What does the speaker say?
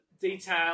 detail